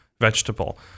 vegetable